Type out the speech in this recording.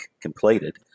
completed